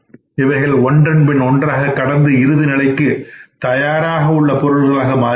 இவைகள் ஒன்றன்பின் ஒன்றாக கடந்து இறுதி நிலைக்கு தயாராக உள்ள பொருட்களாக மாறுகின்றன